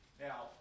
Now